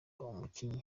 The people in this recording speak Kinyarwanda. umukinyi